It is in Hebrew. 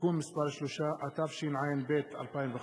(תיקון מס' 3), התשע"ב 2011,